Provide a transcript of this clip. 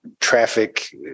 traffic